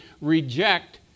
reject